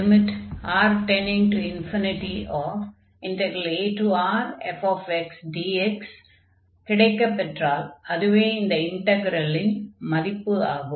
R→∞aRfxdx கிடைக்கப் பெற்றால் அதுவே இந்த இன்டக்ரலின் மதிப்பு ஆகும்